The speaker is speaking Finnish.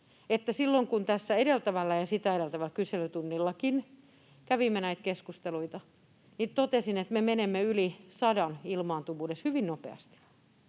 silloin edeltävällä ja sitä edeltävällä kyselytunnillakin, kun kävimme näitä keskusteluita, totesin, että me menemme yli sadan ilmaantuvuudessa hyvin nopeasti.